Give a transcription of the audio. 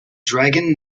dragon